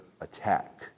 attack